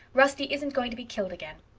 rusty isn't going to be killed again.